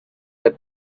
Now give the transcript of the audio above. the